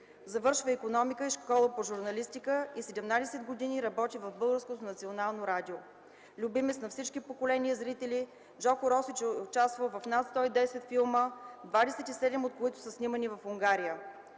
Завършва икономика и школа по журналистика и 17 години работи в Българското национално радио. Любимец е на всички поколения зрители. Джордже Росич е участвал в над 110 филма, 27 от които са снимани в Унгария.